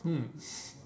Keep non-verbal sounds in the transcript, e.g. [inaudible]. hmm [breath]